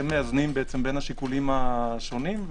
הם מאזנים בין השיקולים השונים.